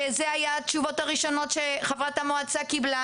כשזה היה התשובות הראשונות שחברת המועצה קיבלה,